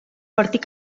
partir